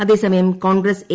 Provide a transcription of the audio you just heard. അതേസമയം കോൺഗ്രസ് എ